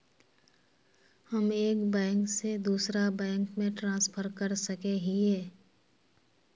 हम एक बैंक से दूसरा बैंक में ट्रांसफर कर सके हिये?